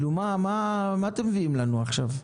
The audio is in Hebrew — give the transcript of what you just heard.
מה אתם מביאים לנו עכשיו?